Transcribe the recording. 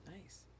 Nice